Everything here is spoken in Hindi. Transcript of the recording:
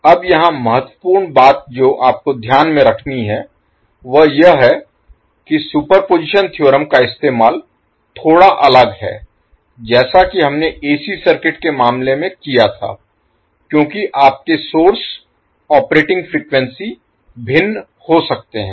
अब यहां महत्वपूर्ण बात जो आपको ध्यान में रखनी है वह यह है कि सुपरपोजिशन थ्योरम का इस्तेमाल थोड़ा अलग है जैसा कि हमने एसी सर्किट के मामले में किया था क्योंकि आपके सोर्स ऑपरेटिंग फ्रीक्वेंसी भिन्न हो सकते हैं